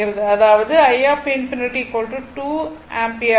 அதாவது i∞ 2 ampere ஆகும்